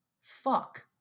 fuck